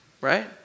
right